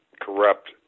corrupt